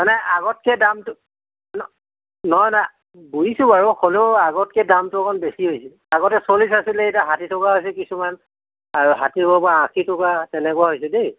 মানে আগতকৈ দামটো ন নহয় নহয় বুজিছোঁ বাৰু হ'লেও আগতকৈ দামটো অকণমান বেছি হৈছে আগতে চল্লিছ আছিলে ষাঠি টকা আছে কিছুমান আৰু ষাঠি হোৱাবোৰ আশী টকা তেনেকুৱা হৈছে দেই